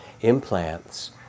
implants